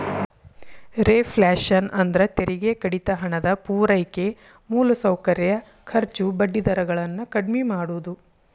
reflation ಅಂದ್ರ ತೆರಿಗೆ ಕಡಿತ ಹಣದ ಪೂರೈಕೆ ಮೂಲಸೌಕರ್ಯ ಖರ್ಚು ಬಡ್ಡಿ ದರ ಗಳನ್ನ ಕಡ್ಮಿ ಮಾಡುದು